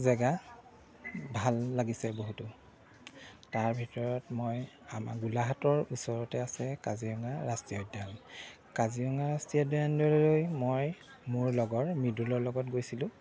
জেগা ভাল লাগিছে বহুতো তাৰ ভিতৰত মই আমাৰ গোলাঘাটৰ ওচৰতে আছে কাজিৰঙা ৰাষ্ট্ৰীয় উদ্যান কাজিৰঙা ৰাষ্ট্ৰীয় উদ্যানলৈ মই মোৰ লগৰ মৃদুলৰ লগত গৈছিলোঁ